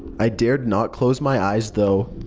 i dared not close my eyes, though.